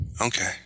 Okay